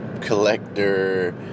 collector